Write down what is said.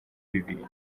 bibiri